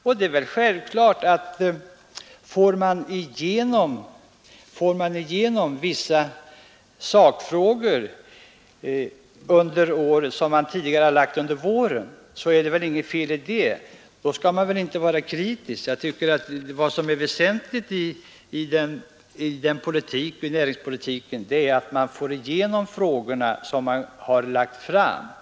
Om man får igenom vissa sakförslag som man själv har lagt fram under våren skall man väl inte vara kritisk! Vad som är väsentligt för näringspolitiken är att man får igenom dessa förslag.